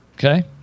Okay